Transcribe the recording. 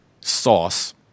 sauce